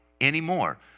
anymore